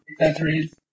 accessories